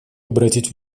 обратить